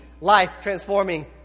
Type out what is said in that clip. life-transforming